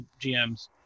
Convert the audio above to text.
gms